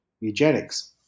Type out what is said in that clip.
eugenics